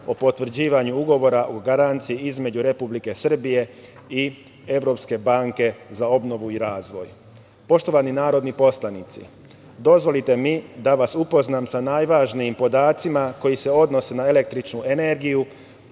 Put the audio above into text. o potvrđivanju ugovora o garanciji između Republike Srbije i Evropske banke za obnovu i razvoj. Poštovani narodni poslanici, dozvolite mi da vas upoznam sa najvažnijim podacima koji se odnose na električnu energiju,